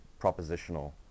propositional